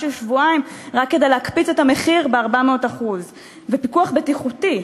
של שבועיים רק כדי להקפיץ את המחיר ב-400%; פיקוח בטיחותי,